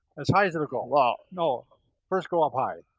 as high as it will go. well. no, first go up high.